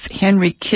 Henry